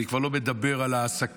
אני כבר לא מדבר על העסקים,